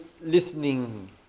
listening